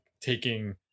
taking